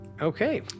Okay